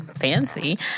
fancy